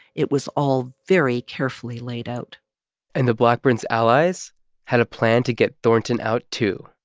it was all very carefully laid out and the blackburns' allies had a plan to get thornton out, too